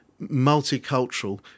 multicultural